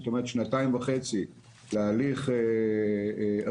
זאת אומרת, שנתיים וחצי להליך רישוי,